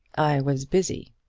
i was busy.